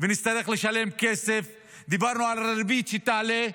ונצטרך לשלם כסף, דיברנו על הריבית שתעלה.